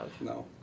No